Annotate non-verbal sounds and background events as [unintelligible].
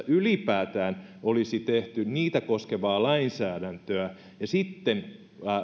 [unintelligible] ylipäätään olisi tehty niitä koskevaa lainsäädäntöä ja sitten